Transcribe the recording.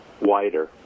wider